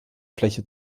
fläche